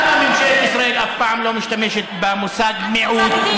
למה ממשלת ישראל אף פעם לא משתמשת במושג מיעוט?